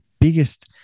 biggest